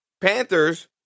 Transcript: Panthers